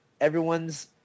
everyone's